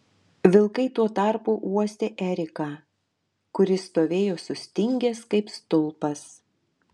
vilkai tuo tarpu uostė eriką kuris stovėjo sustingęs kaip stulpas